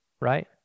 right